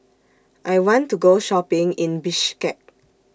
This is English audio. I want to Go Shopping in Bishkek